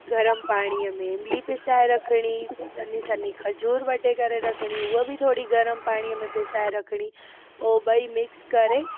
गरम पाणीअ में इमली पिसाए रखणी पोइ सन्ही सन्ही खजूर वढे करे रखणी उहा बि तोड़ी गरम पाणीअ में पिसाए रखणी उहे ॿई मिक्स कर